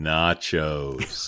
Nachos